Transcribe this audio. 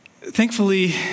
Thankfully